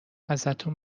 ازتون